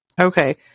Okay